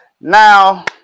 Now